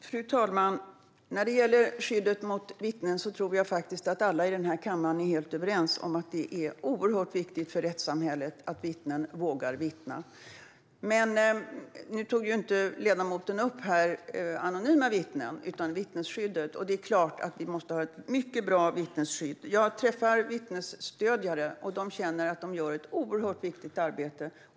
Fru talman! När det gäller skyddet för vittnen kan jag säga att jag tror att alla i den här kammaren är helt överens om att det är oerhört viktigt för rättssamhället att vittnen vågar vittna. Nu tog ledamoten inte upp anonyma vittnen utan vittnesskyddet. Det är klart att vi måste ha ett mycket bra vittnesskydd. Jag träffar vittnesstödjare, och de känner att de gör ett oerhört viktigt arbete.